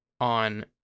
on